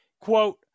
Quote